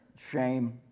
shame